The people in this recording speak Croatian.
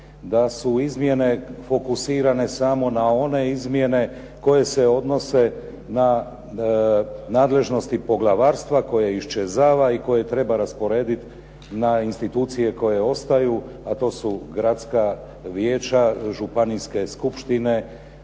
da su izmjene fokusirane samo na one izmjene koje se odnose na nadležnosti poglavarstva koje iščezava i koje treba rasporediti na institucije koje ostaju, a to su gradska vijeća, županijske skupštine,